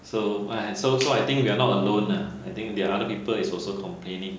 so !aiya! so so I think we are not alone lah I think there are other people is also complaining